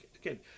again